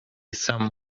some